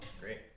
great